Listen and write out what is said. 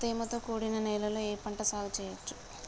తేమతో కూడిన నేలలో ఏ పంట సాగు చేయచ్చు?